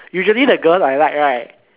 usually the girl I like right